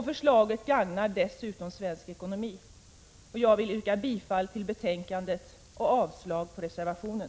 Förslaget gagnar dessutom svensk ekonomi. Jag yrkar bifall till utskottets hemställan och avslag på reservationen.